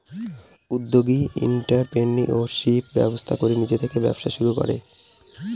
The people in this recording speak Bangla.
উদ্যোগী এন্ট্ররপ্রেনিউরশিপ ব্যবস্থা করে নিজে থেকে ব্যবসা শুরু করে